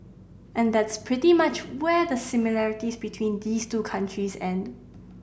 and that's pretty much where the similarities between these two countries end